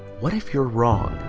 what if you're wrong